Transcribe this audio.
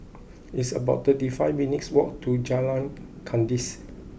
it's about thirty five minutes' walk to Jalan Kandis